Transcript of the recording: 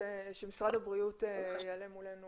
שמשרד הבריאות יעלה מולנו